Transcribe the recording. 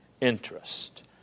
interest